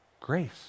Grace